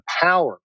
power